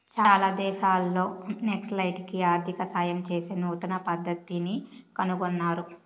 చాలా దేశాల్లో నక్సలైట్లకి ఆర్థిక సాయం చేసే నూతన పద్దతిని కనుగొన్నారు